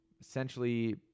essentially